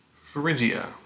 Phrygia